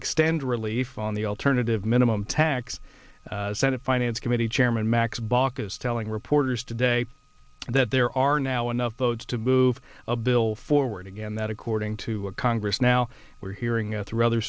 extend relief on the alternative minimum tax senate finance committee chairman max baucus telling reporters today that there are now enough votes to move a bill forward again that according to a congress now we're hearing out through other